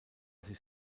sich